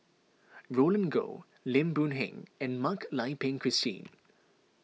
Roland Goh Lim Boon Heng and Mak Lai Peng Christine